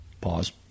Pause